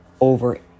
over